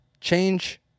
Change